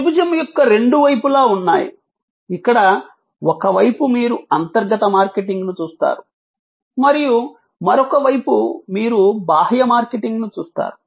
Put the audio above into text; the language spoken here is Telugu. త్రిభుజం యొక్క రెండు వైపులా ఉన్నాయి ఇక్కడ ఒక వైపు మీరు అంతర్గత మార్కెటింగ్ను చూస్తారు మరొక వైపు మీరు బాహ్య మార్కెటింగ్ను చూస్తారు